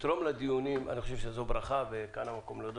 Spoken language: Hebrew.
שתדע שכל הקשוחים האלה פה כולנו מתרגשים.